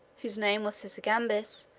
whose name was sysigambis,